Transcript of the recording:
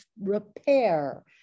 repair